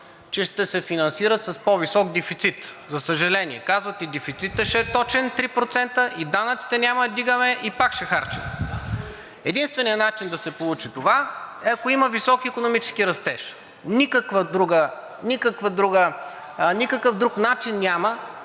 че ще се финансират с по-висок дефицит. За съжаление, казват: дефицитът ще е точно 3% и данъците няма да вдигаме и пак ще харчим. Единственият начин да се получи това, е, ако има висок икономически растеж. Никакъв друг начин няма